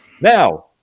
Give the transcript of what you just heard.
now